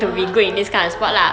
(uh huh) (uh huh) (uh huh)